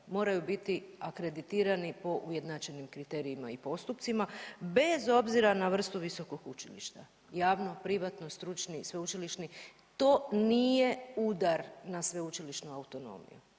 moraju biti akreditirani po ujednačenim kriterijima i postupcima bez obzira na vrstu visokog učilišta javno, privatno, stručni, sveučilišni. To nije udar na sveučilišnu autonomiju.